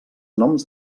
noms